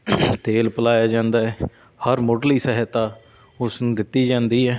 ਤੇਲ ਪਿਲਾਇਆ ਜਾਂਦਾ ਹੈ ਹਰ ਮੁੱਢਲੀ ਸਹਾਇਤਾ ਉਸ ਨੂੰ ਦਿੱਤੀ ਜਾਂਦੀ ਹੈ